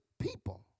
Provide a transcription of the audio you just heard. people